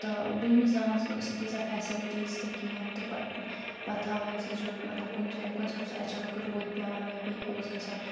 تہِ بِروہمِس زمانَس مَنٛز ٲس نہِ تیٖژاہ فیسَلٹیز تہِ کِہیٖنۍ تہِ پَتہٕ پَتہٕ تھاوہُون سُہ زیُن مطلب کُنہِ جایَن کُنہِ ساتہٕ اوس اچانک رود پیٚوان یا بیٚیہِ کیٚنٛہہ اوس گَژھان